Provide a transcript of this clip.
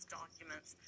documents